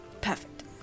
Perfect